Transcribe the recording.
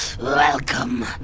welcome